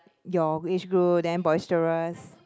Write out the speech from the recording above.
your age group damn boisterous